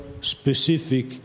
specific